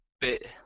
bit